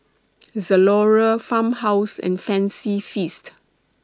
Zalora Farmhouse and Fancy Feast